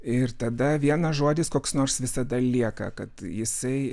ir tada vienas žodis koks nors visada lieka kad jisai